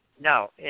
No